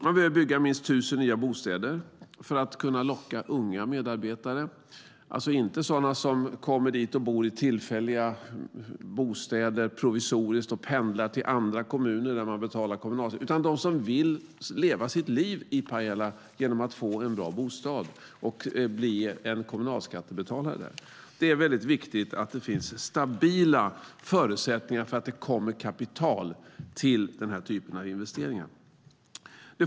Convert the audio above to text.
Man behöver bygga minst tusen nya bostäder för att locka unga medarbetare. Det handlar inte om medarbetare som kommer dit och bor provisoriskt i tillfälliga bostäder och pendlar till andra kommuner där de betalar kommunalskatt, utan det handlar om medarbetare som vill leva sina liv i Pajala med en bra bostad och bli kommunalskattebetalare där. Det är viktigt att det finns stabila förutsättningar för att det kommer kapital till den typen av investeringar.